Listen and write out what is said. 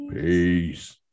Peace